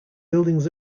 buildings